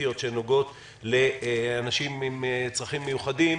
הקריטיות שנוגעות לאנשים עם צרכים מיוחדים